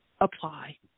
apply